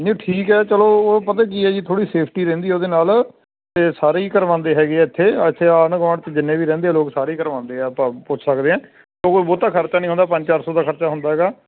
ਨਹੀਂ ਠੀਕ ਹੈ ਚਲੋ ਉਹ ਪਤਾ ਕੀ ਹੈ ਜੀ ਥੋੜ੍ਹੀ ਸੇਫਟੀ ਰਹਿੰਦੀ ਉਹਦੇ ਨਾਲ ਅਤੇ ਸਾਰੇ ਹੀ ਕਰਵਾਉਂਦੇ ਹੈਗੇ ਇੱਥੇ ਇੱਥੇ ਜਿੰਨੇ ਵੀ ਰਹਿੰਦੇ ਲੋਕ ਸਾਰੇ ਕਰਵਾ ਆਪਾਂ ਪੁੱਛ ਸਕਦੇ ਹਾਂ ਤੋਂ ਬਹੁਤਾ ਖਰਚਾ ਨਹੀਂ ਹੁੰਦਾ ਪੰਜ ਚਾਰ ਸੌ ਦਾ ਖਰਚਾ ਹੁੰਦਾ ਹੈਗਾ